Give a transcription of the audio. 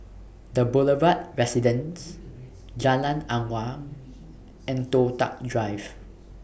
The Boulevard Residence Jalan Awang and Toh Tuck Drive